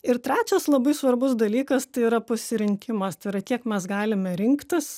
ir trečias labai svarbus dalykas tai yra pasirinkimas tai yra kiek mes galime rinktis